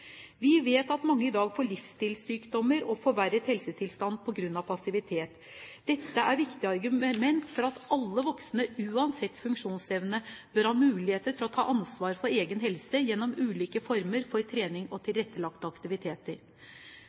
Vi vet at mange i dag får livsstilssykdommer og forverret helsetilstand på grunn av passivitet. Dette er et viktig argument for at alle voksne uansett funksjonsevne bør ha mulighet til å ta ansvar for egen helse gjennom ulike former for trening og tilrettelagte aktiviteter.